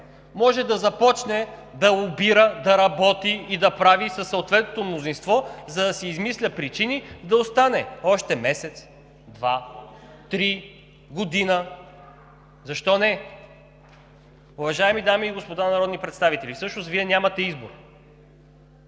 може да започне да лобира, да работи и да прави със съответното мнозинство, за да си измисля причини да остане още месец, два, три, година – защо не?! Уважаеми дами и господа народни представители, всъщност Вие нямате избор.